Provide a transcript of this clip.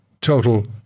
total